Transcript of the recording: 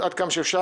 עד כמה שאפשר,